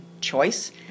choice